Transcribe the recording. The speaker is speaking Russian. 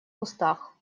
кустах